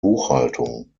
buchhaltung